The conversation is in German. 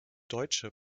deutsche